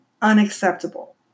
unacceptable